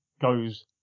goes